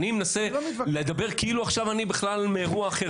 אני מנסה עכשיו כאילו שאני מאירוע אחר,